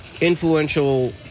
influential